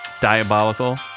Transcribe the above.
diabolical